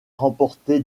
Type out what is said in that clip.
remporté